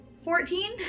Fourteen